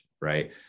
right